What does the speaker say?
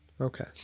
okay